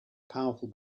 powerful